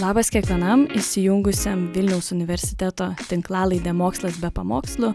labas kiekvienam įsijungusiam vilniaus universiteto tinklalaidę mokslas be pamokslų